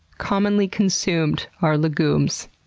commonly consumed are legumes.